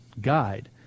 guide